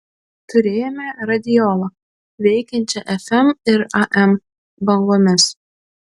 turėjome radiolą veikiančią fm ir am bangomis